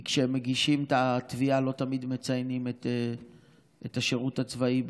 כי כשהם מגישים את התביעה לא תמיד מציינים את השירות הצבאי בפירוט,